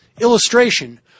illustration